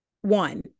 one